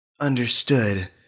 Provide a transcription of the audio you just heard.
Understood